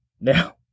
Now